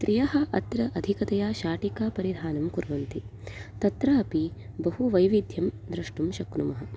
स्त्रियः अत्र अधिकतया शाटिकां परिधानं कुर्वन्ति तत्र अपि बहु वैविध्यं द्रुष्टुं शक्नुमः